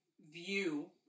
view